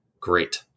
great